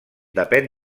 depèn